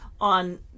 on